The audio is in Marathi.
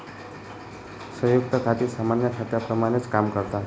संयुक्त खाती सामान्य खात्यांप्रमाणेच काम करतात